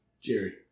Jerry